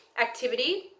activity